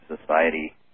society